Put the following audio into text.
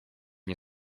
nie